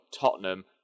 Tottenham